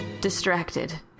distracted